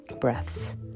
breaths